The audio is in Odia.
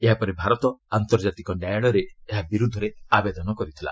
ଏହାପରେ ଭାରତ ଆନ୍ତର୍ଜାତିକ ନ୍ୟାୟାଳୟରେ ଏହା ବିରୁଦ୍ଧରେ ଆବେଦନ କରିଥିଲା